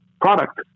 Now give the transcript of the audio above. product